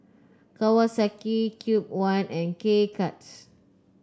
Kawasaki Cube I and K Cuts